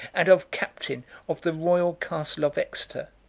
and of captain of the royal castle of exeter.